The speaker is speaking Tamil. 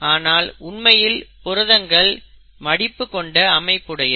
ஆனால் உண்மையில் புரதங்கள் மடிப்பு கொண்ட அமைப்புடையது